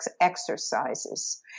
exercises